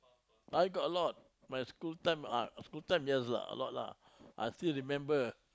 now got a lot my school time ah school time yes lah a lot lah I still remember